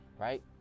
right